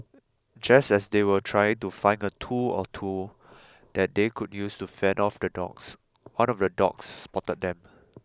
just as they were trying to find a tool or two that they could use to fend off the dogs one of the dogs spotted them